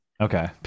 Okay